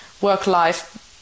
work-life